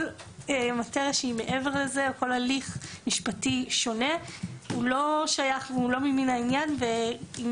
כל מטריה או הליך שונה הוא לא ממין העניין ולא שייך.